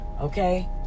Okay